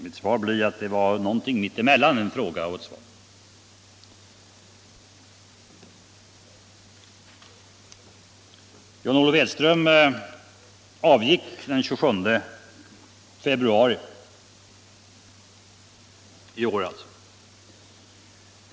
Mitt svar blir att det var någonting mitt emellan en fråga och ett svar. John Olof Edström avgick den 28 februari i år.